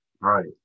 Right